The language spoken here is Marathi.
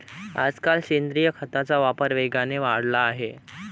आजकाल सेंद्रिय खताचा वापर वेगाने वाढला आहे